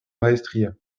maestria